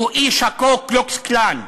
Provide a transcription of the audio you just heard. או איש ה"קו קלוקס קלאן",